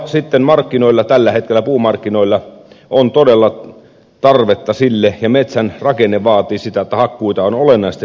sitten puumarkkinoilla tällä hetkellä on todella tarvetta sille ja metsän rakenne vaatii sitä että hakkuita on olennaisesti lisättävä